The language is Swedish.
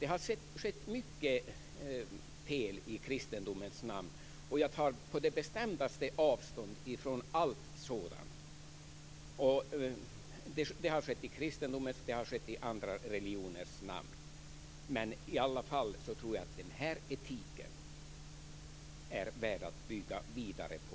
Det har gjorts mycket fel i kristendomens namn, och jag tar på det bestämdaste avstånd ifrån allt sådant. Det har skett i kristendomens och andra religioners namn. I alla fall tror jag att den här etiken är värd att bygga vidare på.